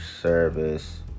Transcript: service